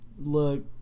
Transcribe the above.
look